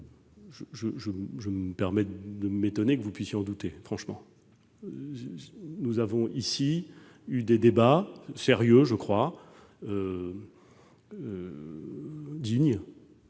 je me permets de m'étonner que vous puissiez en douter, franchement. Nous avons eu ici des débats sérieux, dignes,